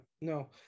no